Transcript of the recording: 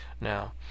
Now